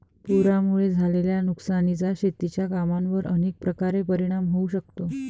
पुरामुळे झालेल्या नुकसानीचा शेतीच्या कामांवर अनेक प्रकारे परिणाम होऊ शकतो